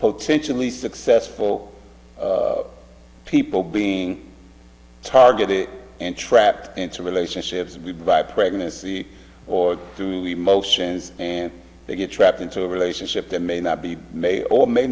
potentially successful people being targeted and trapped into relationships be by pregnancy or emotions and they get trapped into a relationship that may not be may or may